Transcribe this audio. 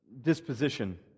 disposition